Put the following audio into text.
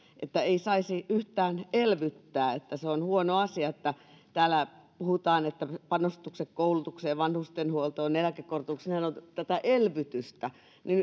ei saisi yhtään elvyttää että se on huono asia täällä puhutaan panostuksista koulutukseen ja vanhustenhuoltoon eläkekorotuksista nehän ovat tätä elvytystä